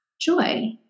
Joy